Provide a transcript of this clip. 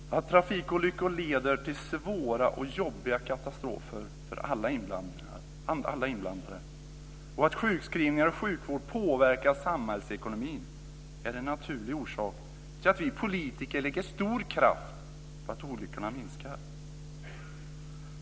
Fru talman! Att trafikolyckor leder till svåra och jobbiga katastrofer för alla inblandade och att sjukskrivningar och sjukvård påverkar samhällsekonomin är en naturlig orsak till att vi politiker lägger stor kraft på att olyckorna minskar.